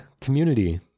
community